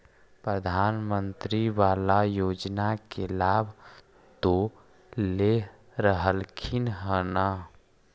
प्रधानमंत्री बाला योजना के लाभ तो ले रहल्खिन ह न?